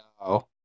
No